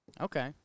Okay